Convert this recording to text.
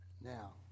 Now